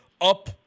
up